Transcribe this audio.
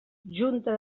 junta